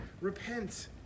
Repent